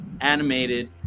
animated